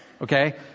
Okay